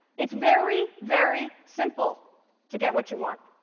it's very, very simple to get what you want.